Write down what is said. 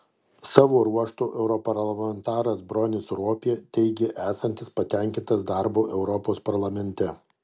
savo ruožtu europarlamentaras bronis ropė teigė esantis patenkintas darbu europos parlamente